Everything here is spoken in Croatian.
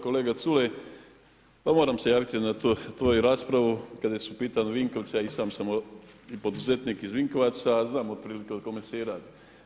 Kolega Culej, moram se javiti na tu vašu raspravu kada su u pitanju Vinkovci, a i sam sam poduzetnik iz Vinkovaca i znam otprilike o kome se i radi.